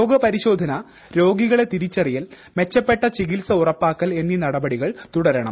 രോഗപരിശോധന രോഗികളെ തിരിച്ചറിയൽ മെച്ചപ്പെട്ട ചികിത്സ ഉറപ്പാക്കൽ എന്നീ നടപടികൾ തുടരണം